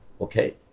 Okay